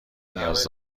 نیاز